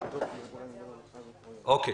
אוקיי,